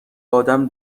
آدم